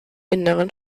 inneren